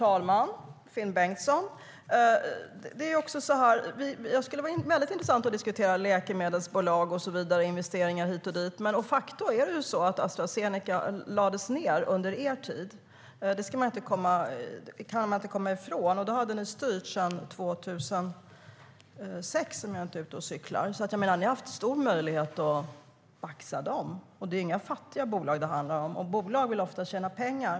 Herr talman! Det skulle vara väldigt intressant att diskutera läkemedelsbolag och investeringar hit och dit, Finn Bengtsson, men Astra Zeneca lades de facto ned under er tid. Det kan man inte komma ifrån. Då hade ni styrt sedan 2006, om jag inte är ute och cyklar. Ni har haft stor möjlighet att baxa dem. Det är inga fattiga bolag det handlar om, och bolag vill ofta tjäna pengar.